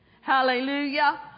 Hallelujah